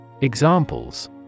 Examples